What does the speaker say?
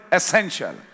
essential